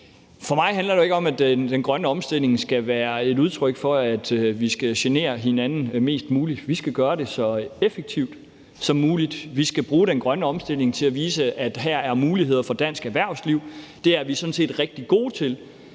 For mig handler det jo ikke om, at den grønne omstilling skal være et udtryk for, at vi skal genere hinanden mest muligt. Vi skal gøre det så effektivt som muligt. Vi skal bruge den grønne omstilling til at vise, at her er muligheder for dansk erhvervsliv. Det er vi sådan set rigtig gode til.